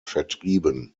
vertrieben